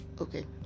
okay